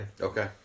Okay